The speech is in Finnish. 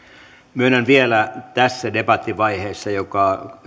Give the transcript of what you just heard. myönnän vielä tässä debatin vaiheessa joka